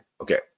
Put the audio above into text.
Okay